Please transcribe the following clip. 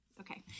Okay